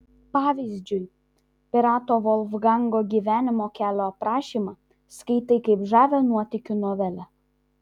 pavyzdžiui pirato volfgango gyvenimo kelio aprašymą skaitai kaip žavią nuotykių novelę